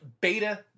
beta